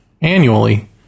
annually